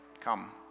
come